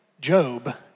Job